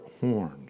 Horns